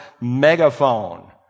megaphone